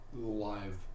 live